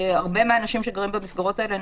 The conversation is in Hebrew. הרבה מהאנשים שחיים במסגרות האלה,